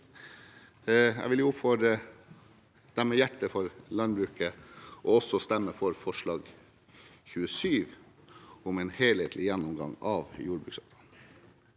Jeg vil oppfordre dem med hjerte for landbruket til også å stemme for forslag nr. 27, om en helhetlig gjennomgang av jordbruksavtalesystemet.